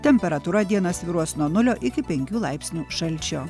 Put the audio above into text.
temperatūra dieną svyruos nuo nulio iki penkių laipsnių šalčio